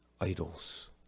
idols